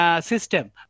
system